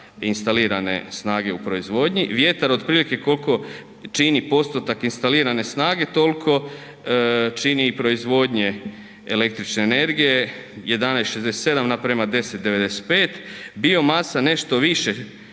instalirane snage u proizvodnji. Vjetar otprilike koliko čini postotak instalirane snage toliko čini i proizvodnje električne energije 11,67 naprema 10,95, biomasa nešto više